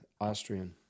Austrian